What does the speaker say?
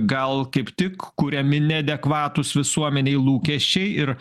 gal kaip tik kuriami neadekvatūs visuomenei lūkesčiai ir